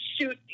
shoot